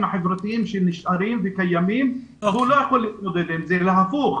החברתיים שנשארים וקיימים אבל הוא לא יכול להתמודד עם זה אלא להיפך.